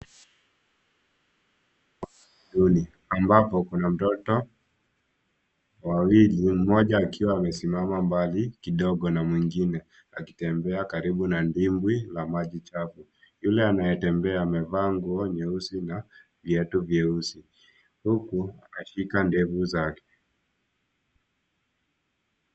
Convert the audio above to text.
Ambapo kuna watoto wawili. Mmoja akiwa amesimama mbali kidogo na mwengine akitembea karibu na dimbwi la maji chafu. Yule anayetembea amevaa nguo nyeusi na viatu vyeusi huku akishika ndevu zake.